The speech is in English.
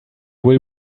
will